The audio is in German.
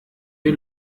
wir